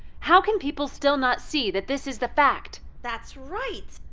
how can people still not see that this is the fact? that's right!